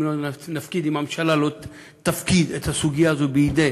אם הממשלה לא תפקיד את הסוגיה הזאת בידי